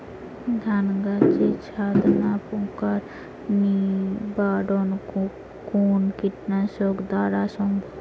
ধান গাছের ছাতনা পোকার নিবারণ কোন কীটনাশক দ্বারা সম্ভব?